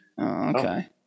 Okay